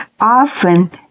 often